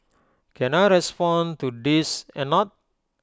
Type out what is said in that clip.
can I respond to this A not